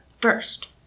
first